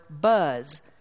buzz